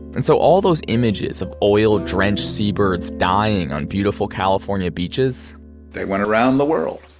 and so all those images of oil drenched seabirds dying on beautiful california beaches they went around the world.